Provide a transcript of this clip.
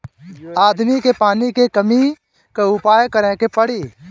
आदमी के पानी के कमी क उपाय करे के पड़ी